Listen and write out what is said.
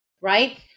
Right